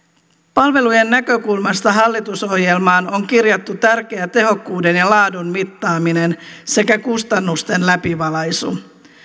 palvelujen näkökulmasta hallitusohjelmaan on kirjattu tärkeä tehokkuuden ja laadun mittaaminen sekä kustannusten läpivalaisu